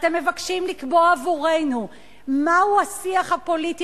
אתם מבקשים לקבוע עבורנו מהו השיח הפוליטי